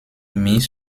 mis